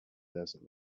desert